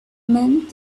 men